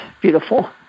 Beautiful